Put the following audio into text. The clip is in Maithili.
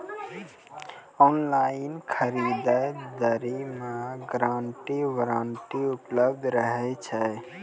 ऑनलाइन खरीद दरी मे गारंटी वारंटी उपलब्ध रहे छै?